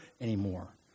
anymore